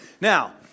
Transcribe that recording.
Now